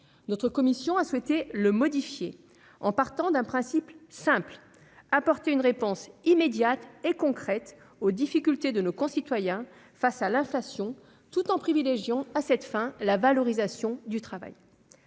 Notre commission a souhaité modifier le texte en partant d'un principe simple : apporter une réponse immédiate et concrète aux difficultés de nos concitoyens face à l'inflation, tout en privilégiant à cette fin la valorisation du travail.